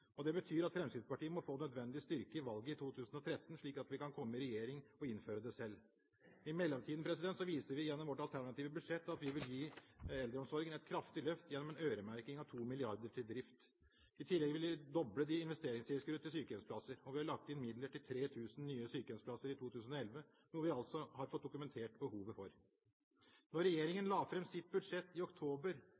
Stortinget. Det betyr at Fremskrittspartiet må få nødvendig styrke i valget i 2013, slik at vi kan komme i regjering og innføre det selv. I mellomtiden viser vi gjennom vårt alternative budsjett at vi vil gi eldreomsorgen et kraftig løft gjennom en øremerking av 2 mrd. kr til drift. I tillegg vil vi doble investeringstilskuddet til sykehjemsplasser. Vi har lagt inn midler til 3 000 nye sykehjemsplasser i 2011, noe vi altså har fått dokumentert behovet for. Da regjeringen